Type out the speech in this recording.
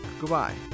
goodbye